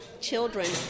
children